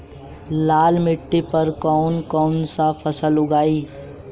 लाल मिट्टी पर कौन कौनसा फसल उगाई?